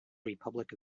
republic